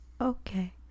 Okay